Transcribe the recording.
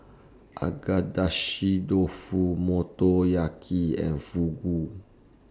Agedashi Dofu Motoyaki and Fugu